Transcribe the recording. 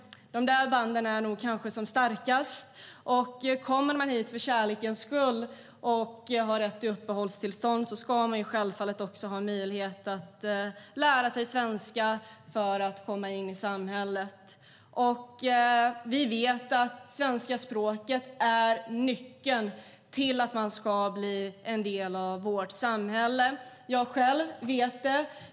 De banden är nog de starkaste. Kommer man hit för kärlekens skull och har uppehållstillstånd ska man självfallet också ha möjlighet att lära sig svenska för att komma in i samhället. Vi vet att svenska språket är nyckeln till att bli en del av vårt samhälle. Jag vet det själv.